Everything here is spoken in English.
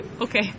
okay